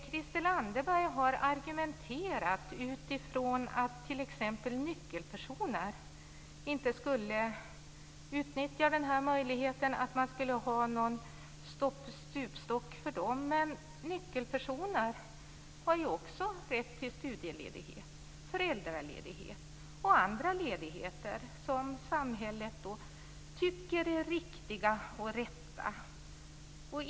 Christel Anderberg har argumenterat utifrån att t.ex. nyckelpersoner inte skulle utnyttja möjligheten och att det skulle finnas någon stupstock för dem. Men också nyckelpersoner har ju rätt till studieledighet, föräldraledighet och andra ledigheter som samhället tycker är riktiga och rätta.